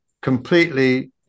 completely